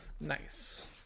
Nice